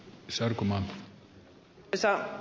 arvoisa puhemies